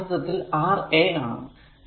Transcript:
ഇത് യഥാർത്ഥത്തിൽ R a ആണ്